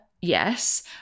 Yes